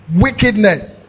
wickedness